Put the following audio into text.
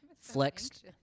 flexed